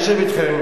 אני אשב אתכם,